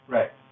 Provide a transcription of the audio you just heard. Right